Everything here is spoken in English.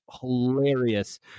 hilarious